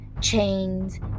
chains